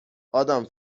آدام